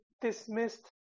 dismissed